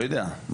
לא יודע.